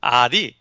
adi